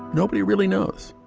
nobody really knows.